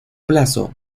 plazo